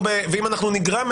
או ואם אנחנו נגרע מהם,.